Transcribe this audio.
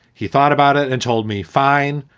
he thought about it and told me fine,